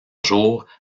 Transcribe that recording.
jour